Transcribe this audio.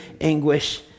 anguish